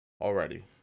already